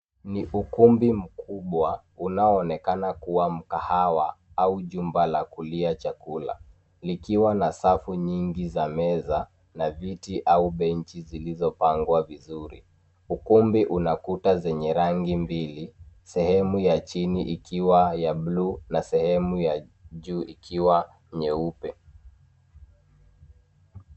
Ni ukumbi mkubwa unaoonekana kuwa mkahawa au jumba la kulia chakula likiwa na safu nyingi za meza na viti au benchi zilizopangwa vizuri. Ukumbi una kuta zenye rangi mbili, sehemu ya chini ikiwa ya blue na sehemu ya juu ikiwa nyeupe.